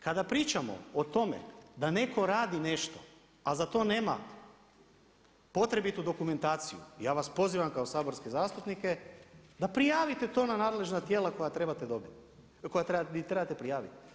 Kada pričamo o tome da netko radi nešto, a za to nema potrebitu dokumentaciju ja vas pozivam kao saborske zastupnike da prijavite to na nadležna tijela di trebate prijaviti.